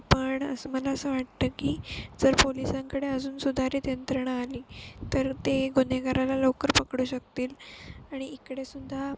पण असं मला असं वाटतं की जर पोलिसांकडे अजून सुधारित यंत्रणा आली तर ते गुन्हेगाराला लवकर पकडू शकतील आणि इकडे सुद्धा